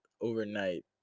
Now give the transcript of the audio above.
overnight